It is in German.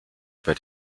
über